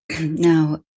Now